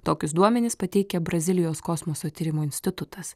tokius duomenis pateikia brazilijos kosmoso tyrimų institutas